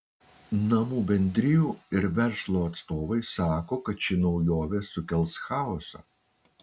namų bendrijų ir verslo atstovai sako kad ši naujovė sukels chaosą